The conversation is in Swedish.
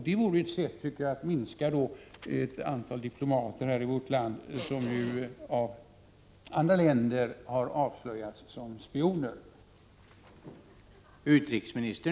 Det vore ett sätt att minska antalet sådana diplomater i vårt land som av andra länder har avslöjats såsom spioner.